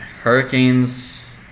Hurricanes